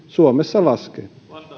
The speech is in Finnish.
suomessa laskee